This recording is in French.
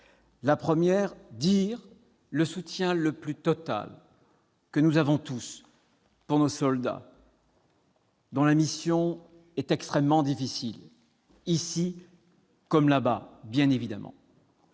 La première pour dire le soutien le plus total que nous apportons tous à nos soldats, dont la mission est extrêmement difficile, ici comme là-bas. La seconde